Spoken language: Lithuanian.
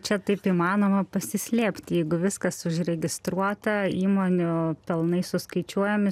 čia taip įmanoma pasislėpti jeigu viskas užregistruota įmonių pelnai suskaičiuojami